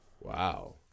Wow